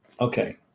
Okay